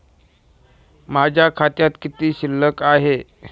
माझ्या खात्यात किती शिल्लक आहे?